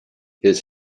his